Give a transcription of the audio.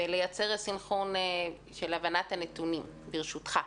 ולייצר סנכרון של הבנת הנתונים, ברשותך.